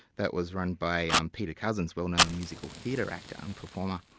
that was run by um peter cousens, well-known musical theatre actor and performer,